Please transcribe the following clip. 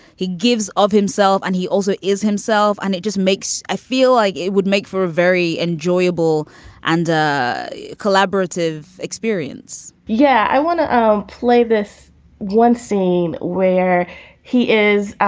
he gives of himself and he also is himself. and it just makes i feel like it would make for a very enjoyable and collaborative experience yeah, i want to um play this one scene where he is,